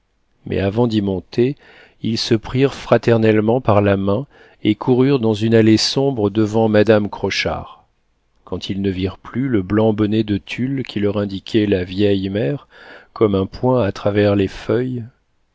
mais avant d'y monter ils se prirent fraternellement par la main et coururent dans une allée sombre devant madame crochard quand ils ne virent plus le blanc bonnet de tulle qui leur indiquait la vieille mère comme un point à travers les feuilles